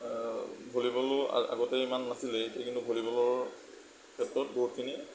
ভলীবলো আগতে ইমান নাছিলে এতিয়া কিন্তু ভলীবলৰ ক্ষেত্ৰত বহুতখিনি